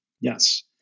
Yes